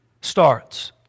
starts